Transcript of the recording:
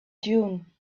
dune